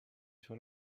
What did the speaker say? sur